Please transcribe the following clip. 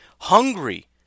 hungry